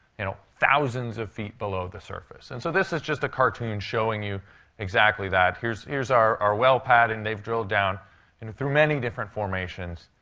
you know, thousands of feet below the surface. and so this is just a cartoon showing you exactly that. here's here's our well pad, and they've drilled down and through many different formations.